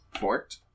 Fort